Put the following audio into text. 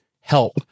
help